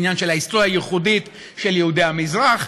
עניין ההיסטוריה הייחודית של יהודי המזרח.